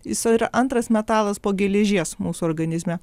jis yra antras metalas po geležies mūsų organizme